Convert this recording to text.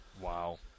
Wow